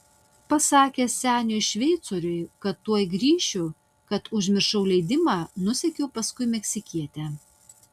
pasakęs seniui šveicoriui kad tuoj grįšiu kad užmiršau leidimą nusekiau paskui meksikietę